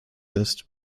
ist